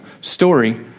Story